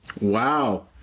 Wow